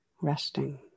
Resting